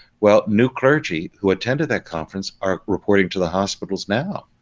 well new clergy who attended that conference are reporting to the hospitals now.